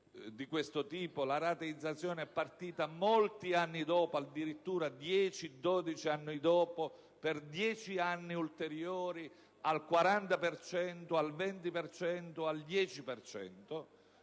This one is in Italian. la rateizzazione è partita molti anni dopo: addirittura 10 o 12 anni dopo), per 10 anni ulteriori al 40, al 20 o al 10